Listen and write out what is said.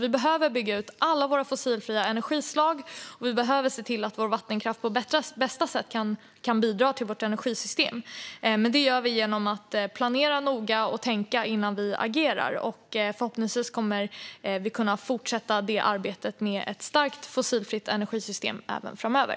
Vi behöver bygga ut alla fossilfria energislag, och vi behöver se till att vattenkraften kan bidra till vårt energisystem på bästa sätt. Detta gör vi genom att planera noga och tänka innan vi agerar. Förhoppningsvis kommer vi att kunna fortsätta arbetet med ett starkt fossilfritt energisystem även framöver.